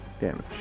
damage